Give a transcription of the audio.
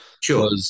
Sure